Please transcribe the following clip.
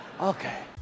Okay